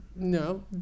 no